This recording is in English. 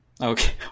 okay